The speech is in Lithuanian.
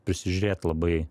prisižiūrėt labai